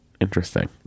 Interesting